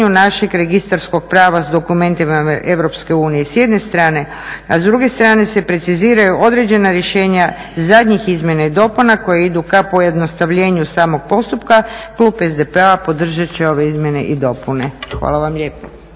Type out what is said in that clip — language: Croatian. Hvala vam lijepo.